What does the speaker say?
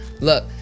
look